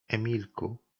emilku